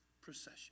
procession